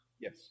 yes